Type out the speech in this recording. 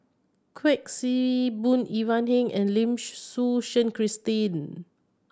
Kuik Swee Boon Ivan Heng and Lim Suchen Christine